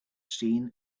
seen